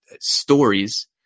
stories